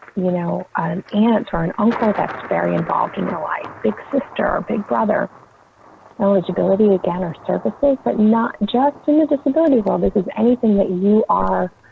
you know, an aunt or an uncle. that's very involved in your life, big sister or big brother eligibility again or services that not just to the disability. well, this is anything that you are